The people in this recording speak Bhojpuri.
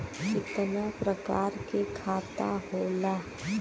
कितना प्रकार के खाता होला?